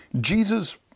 Jesus